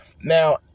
Now